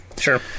Sure